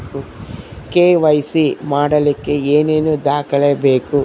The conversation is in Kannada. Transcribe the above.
ಕೆ.ವೈ.ಸಿ ಮಾಡಲಿಕ್ಕೆ ಏನೇನು ದಾಖಲೆಬೇಕು?